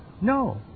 No